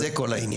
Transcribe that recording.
זה כל העניין.